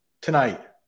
tonight